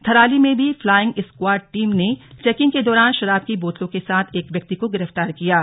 थराली में भी flying squad team ने चौकिंग के दौरान शराब की बोतलों के साथ एक व्यक्ति को गिरफ्तार किया है